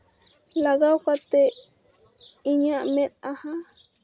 ᱱᱚᱣᱟ ᱞᱟᱜᱟ ᱠᱟᱛᱮᱫ ᱤᱧᱟᱹᱜ ᱢᱮᱫᱦᱟ